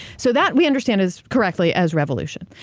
so, that, we understand is, correctly, as revolution.